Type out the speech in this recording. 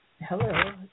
hello